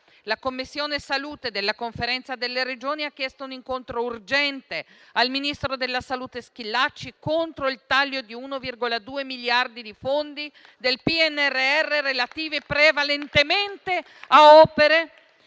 La Commissione salute della Conferenza delle Regioni ha chiesto un incontro urgente al ministro della salute Schillaci contro il taglio di 1,2 miliardi di fondi del PNRR relativi prevalentemente a opere